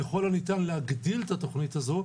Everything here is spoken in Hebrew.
ככל הניתן להגדיל את התוכנית הזו,